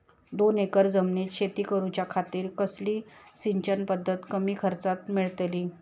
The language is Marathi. दोन एकर जमिनीत शेती करूच्या खातीर कसली सिंचन पध्दत कमी खर्चात मेलतली?